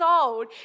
old